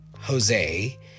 Jose